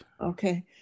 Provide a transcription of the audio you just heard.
Okay